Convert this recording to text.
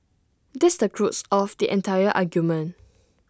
that's the crux of the entire argument